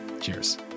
Cheers